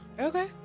Okay